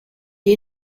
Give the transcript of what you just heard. est